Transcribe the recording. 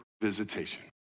visitation